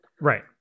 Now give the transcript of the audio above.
Right